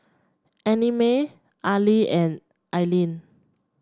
Annamae Arlie and Ilene